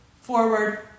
forward